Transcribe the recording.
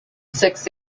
six